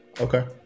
Okay